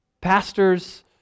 Pastors